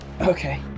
Okay